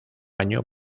año